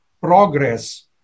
progress